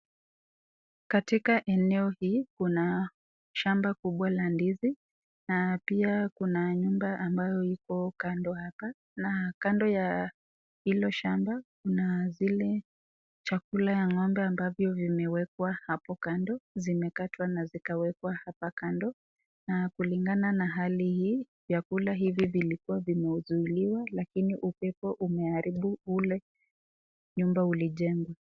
Katika eneo hii kuna shamba kubwa la ndizi na pia kuna nyumba ambayo iko kando hapa na kando ya hilo shamba kuna zile chakula ya ng'ombe ambavyo vimewekwa hapo kando zimekatwa na zikawekwa hapa kando na kulingana na hali hii vyakula hivi vilikua vimezuiliwa lakini upepo umeharibu ule nyumba ulijengwa .